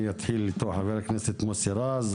אני אתחיל איתו של חברי הכנסת מוסי רז,